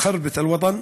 ח'רבת אל-וטן,